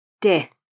death